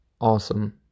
awesome